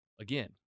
again